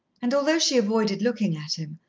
and although she avoided looking at him,